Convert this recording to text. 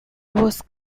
was